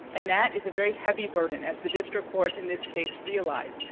and that is a very heavy burden, as the district court in this case realized.